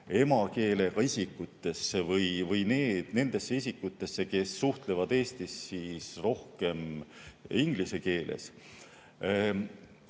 emakeelega isikutesse või nendesse isikutesse, kes suhtlevad Eestis rohkem inglise keeles,